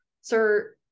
sir